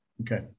Okay